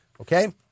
Okay